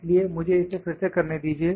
इसलिए मुझे इसे फिर से करने दीजिए